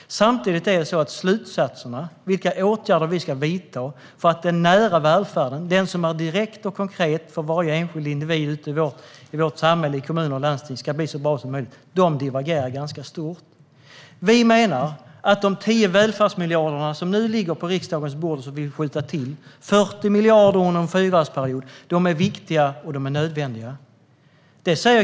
Samtidigt divergerar slutsatserna rätt mycket när det gäller vilka åtgärder vi ska vidta för att den nära välfärden, som är direkt och konkret för varje enskild individ ute i vårt samhälle - i kommuner och landsting - ska bli så bra som möjligt. Vi menar att de 10 välfärdsmiljarder som nu ligger på riksdagens bord och som vi vill skjuta till - 40 miljarder under en fyraårsperiod - är viktiga och nödvändiga.